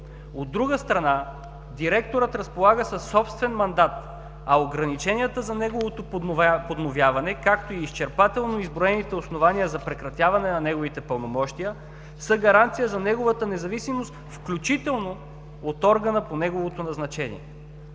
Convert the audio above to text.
От друга страна, директорът разполага със собствен мандат, а ограниченията за неговото подновяване, както и изчерпателно изброените основания за прекратяване на неговите пълномощия са гаранция за неговата независимост, включително от органа по неговото назначение.